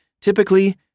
Typically